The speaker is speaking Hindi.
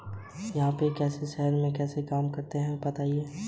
यहाँ से रुपये किसी दूसरे शहर में भेजने के लिए किसकी जरूरत पड़ती है?